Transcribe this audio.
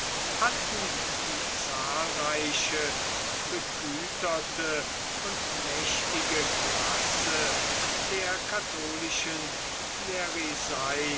hatten die zahlreiche begüterte und mächtige klasse der katholischen